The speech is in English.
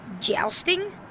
Jousting